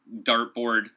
dartboard